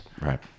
right